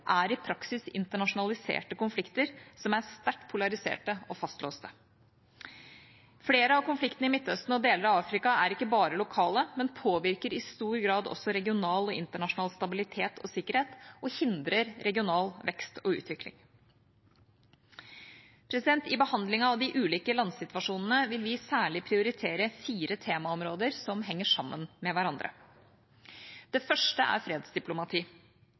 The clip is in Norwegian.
er i praksis internasjonaliserte konflikter som er sterkt polariserte og fastlåste. Flere av konfliktene i Midtøsten og deler av Afrika er ikke bare lokale, men påvirker i stor grad også regional og internasjonal stabilitet og sikkerhet og hindrer regional vekst og utvikling. I behandlingen av de ulike landsituasjonene vil vi særlig prioritere fire temaområder som henger sammen med hverandre: Det første er fredsdiplomati.